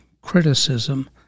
criticism